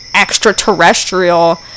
extraterrestrial